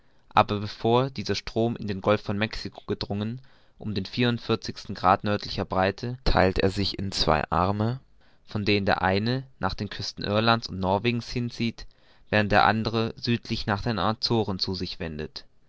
aber bevor dieser strom in den golf von mexiko gedrungen um den vierundvierzigsten grad nördlicher breite theilt er sich in zwei arme von denen der eine nach den küsten irlands und norwegens hinzieht während der andere südlich nach den azoren zu sich wendet